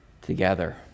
together